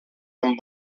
amb